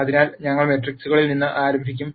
അതിനാൽ ഞങ്ങൾ മെട്രിക്സുകളിൽ നിന്ന് ആരംഭിക്കും